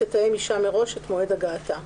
תתאם אישה מראש את מועד הגעתה.